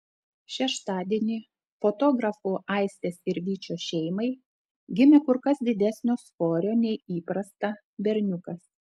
šeštadienį fotografų aistės ir vyčio šeimai gimė kur kas didesnio svorio nei įprasta berniukas